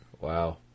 Wow